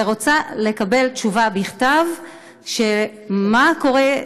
ורוצה לקבל תשובה בכתב מה קורה.